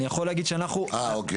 אני יכול להגיד שאנחנו שיווקנו,